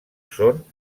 són